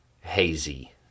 hazy